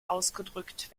ausgedrückt